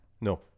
no